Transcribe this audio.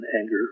anger